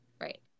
Right